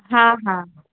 हा हा हा